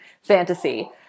fantasy